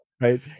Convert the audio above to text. right